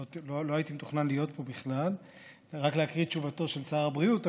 לא הייתי אמור להיות פה בכלל אלא רק להקריא את תשובתו של שר הבריאות,